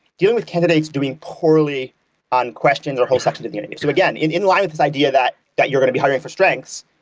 dealing with candidates doing poorly on questions or whole sections of the interview. again, in in line with this idea that that you're going to be hiring for strengths,